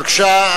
בבקשה,